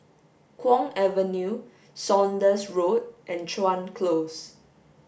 Kwong Avenue Saunders Road and Chuan Close